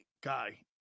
guy